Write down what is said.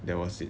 that was it